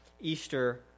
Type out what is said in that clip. Easter